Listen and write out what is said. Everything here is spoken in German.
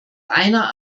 einer